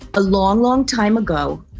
a long, long time ago,